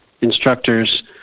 instructors